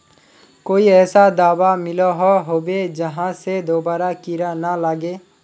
कोई ऐसा दाबा मिलोहो होबे जहा से दोबारा कीड़ा ना लागे?